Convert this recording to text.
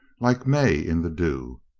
like may in the dew.